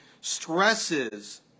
stresses